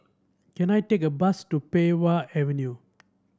can I take a bus to Pei Wah Avenue